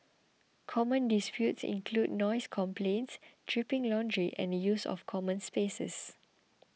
common disputes include noise complaints dripping laundry and the use of common spaces